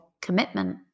commitment